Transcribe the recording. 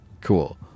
cool